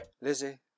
Lizzie